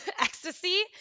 ecstasy